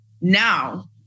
now